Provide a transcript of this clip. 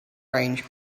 range